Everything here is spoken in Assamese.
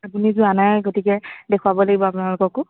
আপুনি যোৱা নাই গতিকে দেখোৱাব লাগিব আপোনালোককো